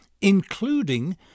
including